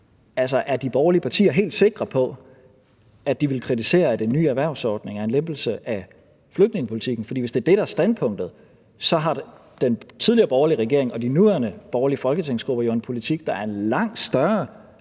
for er de borgerlige partier helt sikre på, at de vil kritisere, at den nye erhvervsordning er en lempelse af flygtningepolitikken? For hvis det er det, der er standpunktet, har den tidligere borgerlige regering og de nuværende borgerlige folketingsgrupper jo en politik, der er en langt større